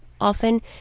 often